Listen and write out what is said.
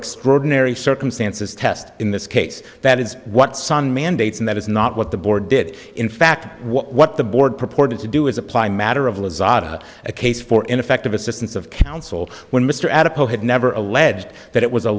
extraordinary circumstances test in this case that is what sun mandates and that is not what the board did in fact what the board purported to do is apply matter of lazard a case for ineffective assistance of counsel when mr adipose had never alleged that it was a